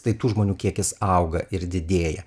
tai tų žmonių kiekis auga ir didėja